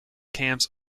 camps